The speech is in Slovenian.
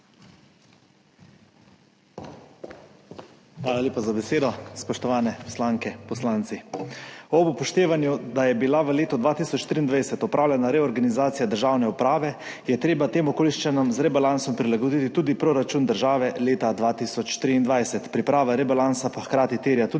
Hvala lepa za besedo. Spoštovane poslanke, poslanci! Ob upoštevanju, da je bila v letu 2023 opravljena reorganizacija državne uprave, je treba tem okoliščinam z rebalansom prilagoditi tudi proračun države leta 2023. Priprava rebalansa pa hkrati terja tudi